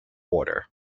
order